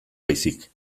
baizik